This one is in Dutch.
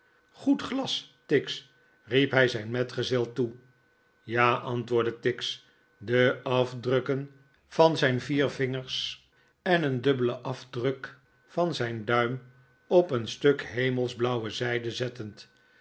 goed glas tix riep hij zijn metgezel toe ja antwoordde tix de afdrukken van zijn vier vingers en een dubbelen afdruk van zijn duim op een stuk hemelsblauwe zijde zettend